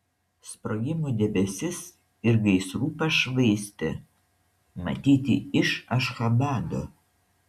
sprogimų debesis ir gaisrų pašvaistė matyti iš ašchabado